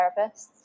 therapists